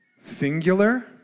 singular